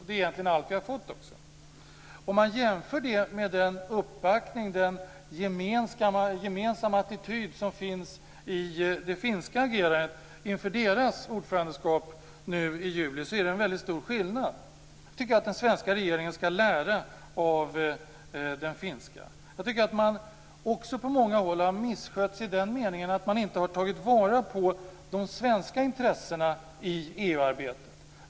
Det är egentligen allt vi har fått. Om man jämför med den uppbackning och den gemensamma attityd som finns i det finska agerandet inför deras ordförandeskap nu i juli är det en väldigt stor skillnad. Jag tycker att den svenska regeringen skall lära av den finska. Man har också på många håll misskött sig i den meningen att inte ha tagit vara på de svenska intressena i EU-arbetet.